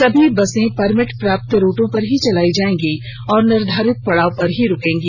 सभी बसे परमिट प्राप्त रूटों पर ही चलाई जाएगी और निर्धारित पड़ाव पर ही रुकेंगी